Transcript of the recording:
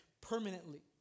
permanently